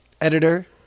editor